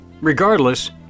Regardless